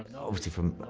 obviously from,